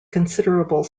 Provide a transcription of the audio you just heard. considerable